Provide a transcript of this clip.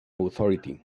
authority